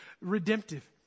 Redemptive